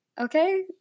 okay